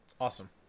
awesome